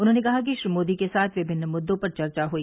उन्होंने कहा कि श्री मोदी के साथ विभिन्न मृद्दों पर चर्चा हुई